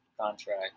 contract